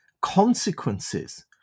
consequences